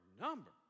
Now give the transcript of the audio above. number